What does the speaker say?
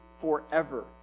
forever